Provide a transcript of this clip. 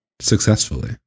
Successfully